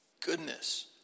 Goodness